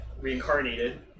reincarnated